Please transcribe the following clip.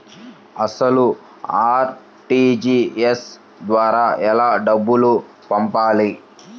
అసలు అర్.టీ.జీ.ఎస్ ద్వారా ఎలా డబ్బులు పంపాలి?